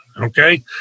Okay